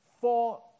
four